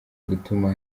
gutuma